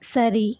சரி